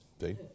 see